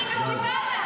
אני משיבה לה.